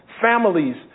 families